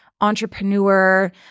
entrepreneur